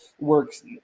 works